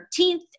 13th